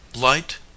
light